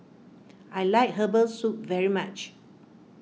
I like Herbal Soup very much